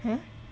!huh!